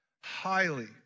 highly